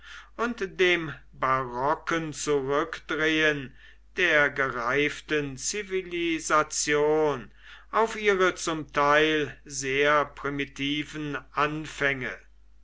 und dem barocken zurückdrehen der gereiften zivilisation auf ihre zum teil sehr primitiven anfänge